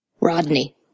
Rodney